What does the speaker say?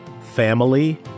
Family